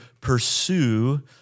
pursue